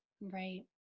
Right